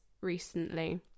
recently